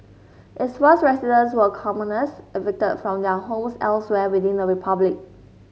its first residents were commoners evicted from their homes elsewhere within the republic